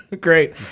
great